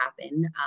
happen